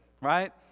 right